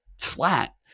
flat